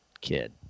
kid